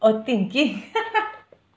oh thinking